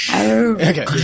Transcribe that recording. Okay